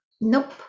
nope